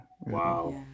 Wow